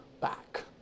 back